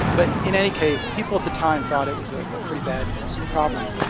but in any case, people at the time thought it was a ah pretty bad problem.